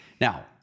Now